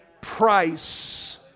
price